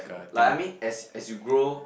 like I mean as as you grow